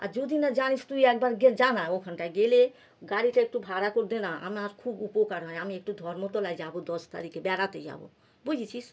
আর যদি না জানিস তুই একবার গিয়ে যা না ওখানটায় গেলে গাড়িটা একটু ভাড়া করে দে না আমার খুব উপকার হয় আমি একটু ধর্মতলায় যাবো দশ তারিখে বেড়াতে যাবো বুঝেছিস